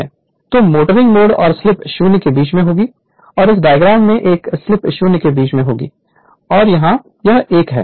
Refer Slide Time 2208 तो motoring mode और slip 0 के बीच में होगी और इस डायग्राम से एक स्लिप स्लिप 0 के बीच में होगी और यहाँ यह 1 है